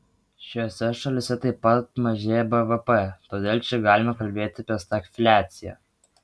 šiose šalyse taip pat mažėja bvp todėl čia galima kalbėti apie stagfliaciją